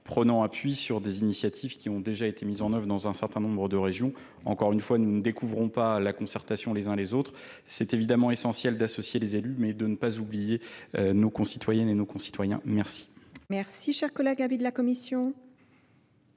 prenant appui sur des initiatives qui ont déjà été mis en œuvre dans un certain dans un certain nombre de régions. encore une fois nous ne découvrons pas la concertation les uns les autres. Il est évidemment essentiel d'associer les élus, mais de nee pas oublier nos concitoyennes et nos concitoyens. merci chers collègues, habit de la Commission.